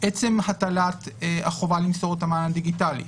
עצם הטלת החובה למסור את המען הדיגיטלי,